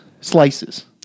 slices